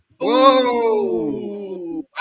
Whoa